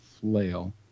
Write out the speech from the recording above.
Flail